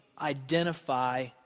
identify